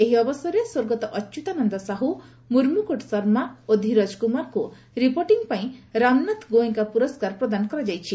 ଏହି ଅବସରରେ ସ୍ୱର୍ଗତ ଅଚ୍ୟୁତାନନ୍ଦ ସାହୁ ମୁର୍ମୁକୁଟ୍ ଶର୍ମା ଓ ଧୀରଜ କୁମାରଙ୍କୁ ରିପୋର୍ଟିଂ ପାଇଁ ରାମନାଥ ଗୋଏଙ୍କା ପୁରସ୍କାର ପ୍ରଦାନ କରାଯାଇଛି